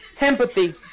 Empathy